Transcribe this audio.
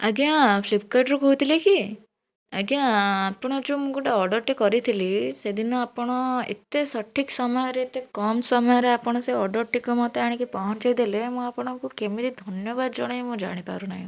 ଆଜ୍ଞା ଫ୍ଲିପକାକାର୍ଡ଼ରୁ କହୁଥିଲେ କି ଆଜ୍ଞା ଆପଣ ଯେଉଁ ମୁଁ ଗୋଟେ ଅରର୍ଡ଼ରଟେ କରିଥିଲି ସେଦିନ ଆପଣ ଏତେ ସଠିକ୍ ସମୟରେ ଏତେ କମ୍ ସମୟରେ ଆପଣ ସେ ଅର୍ଡ଼ରଟିକୁ ମୋତେ ଆଣିକି ପହଞ୍ଚାଇ ଦେଲେ ମୁଁ ଆପଣଙ୍କୁ କେମିତି ଧନ୍ୟବାଦ ଜଣାଇବି ମୁଁ ଜାଣିପାରୁନାହିଁ